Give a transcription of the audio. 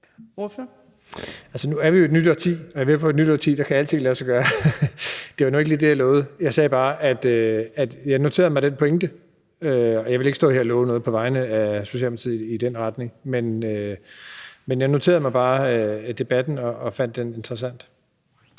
nu er vi i et nyt årti, og jeg er med på, at i et nyt årti kan alting lade sig gøre. Det var nu ikke lige det, jeg lovede. Jeg sagde bare, at jeg noterede mig den pointe, og at jeg ikke ville stå her og love noget på vegne af Socialdemokratiet i den retning. Men jeg noterede mig bare debatten og fandt den interessant.